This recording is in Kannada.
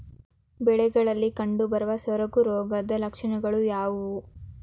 ಬೆಳೆಗಳಲ್ಲಿ ಕಂಡುಬರುವ ಸೊರಗು ರೋಗದ ಲಕ್ಷಣಗಳು ಯಾವುವು?